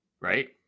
Right